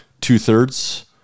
two-thirds